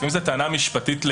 לפעמים זאת טענה משפטית לגיטימית,